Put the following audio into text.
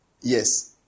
Yes